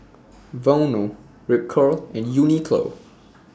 Vono Ripcurl and Uniqlo